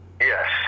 yes